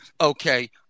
okay